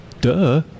duh